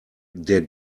der